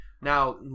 Now